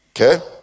Okay